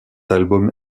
album